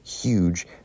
huge